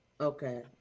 okay